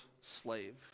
slave